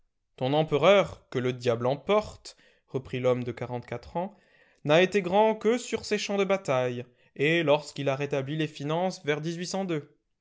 ton empereur que le diable emporte reprit l'homme de quarante-quatre ans n'a été grand que sur ses champs de bataille et lorsqu'il a rétabli les finances vers